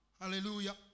Hallelujah